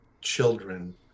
children